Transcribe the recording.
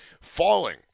falling